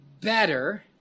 better